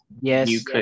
Yes